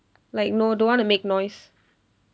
like no don't want to make noise